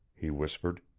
he whispered.